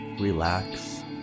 relax